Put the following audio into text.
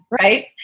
right